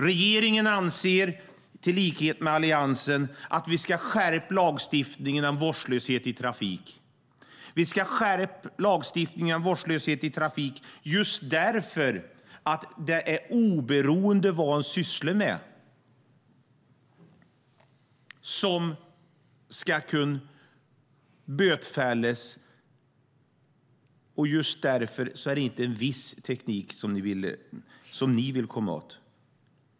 Regeringen och Alliansen anser att vi ska skärpa lagstiftningen om vårdslöshet i trafik. Vi ska skärpa den därför att man ska kunna bötfällas oberoende av vad man sysslar med. Det är inte en viss teknik som ni vill komma åt.